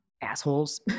assholes